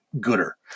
gooder